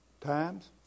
times